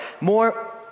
more